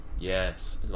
Yes